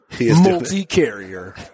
multi-carrier